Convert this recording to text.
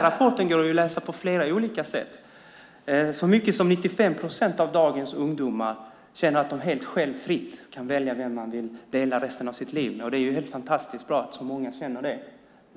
Rapporten går att läsa på flera olika sätt. Så mycket som 95 procent av dagens ungdomar känner att de helt fritt kan välja vem de vill dela resten av sitt liv med. Det är helt fantastiskt bra att så många känner det.